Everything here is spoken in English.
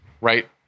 right